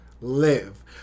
live